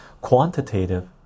quantitative